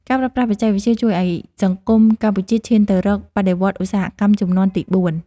ការប្រើប្រាស់បច្ចេកវិទ្យាជួយឱ្យសង្គមកម្ពុជាឈានទៅរកបដិវត្តន៍ឧស្សាហកម្មជំនាន់ទីបួន។